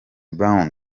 brown